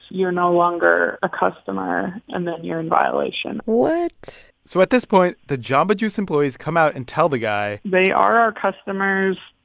you're no longer a customer, and then you're in violation what? so at this point, the jamba juice employees come out and tell the guy. they are our customers.